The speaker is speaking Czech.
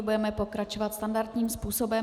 Budeme pokračovat standardním způsobem.